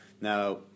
Now